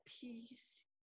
peace